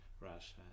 Russia